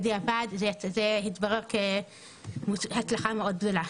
בדיעבד זה התברר כהצלחה מאוד גדולה,